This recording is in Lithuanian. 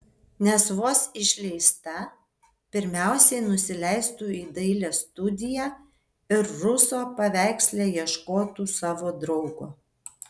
nes vos išleista pirmiausiai nusileistų į dailės studiją ir ruso paveiksle ieškotų savo draugo